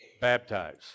baptize